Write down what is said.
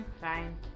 fine